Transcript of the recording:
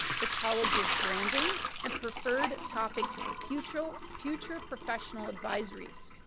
the college's branding and preferred topics for future future professional advisories.